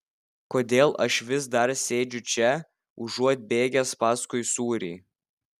kodėl aš vis dar sėdžiu čia užuot bėgęs paskui sūrį